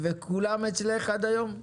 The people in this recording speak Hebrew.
כולם אצלך עד היום?